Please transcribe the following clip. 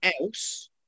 else